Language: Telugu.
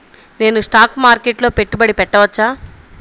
నేను స్టాక్ మార్కెట్లో పెట్టుబడి పెట్టవచ్చా?